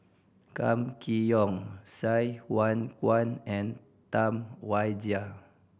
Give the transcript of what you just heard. Kam Kee Yong Sai Hua Kuan and Tam Wai Jia